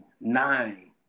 nine